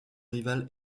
rival